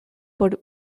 por